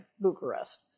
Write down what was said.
Bucharest